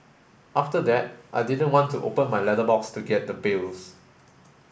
after that I didn't want to open my letterbox to get the bills